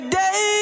day